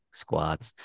squats